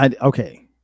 okay